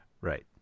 Right